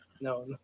no